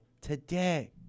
today